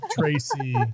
Tracy